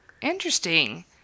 interesting